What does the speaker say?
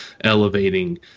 elevating